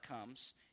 comes